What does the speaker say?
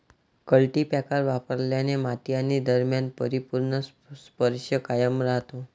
cultipacker वापरल्याने माती आणि दरम्यान परिपूर्ण स्पर्श कायम राहतो